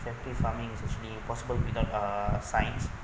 effective farming is be possible without uh science